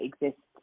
exists